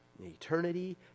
eternity